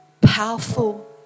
powerful